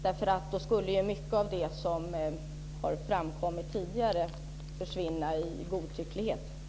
Då skulle mycket av det som tidigare har framkommit när det gäller godtycklighet försvinna.